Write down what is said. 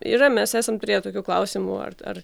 yra mes esam priėję tokių klausimų ar ar